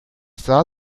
sah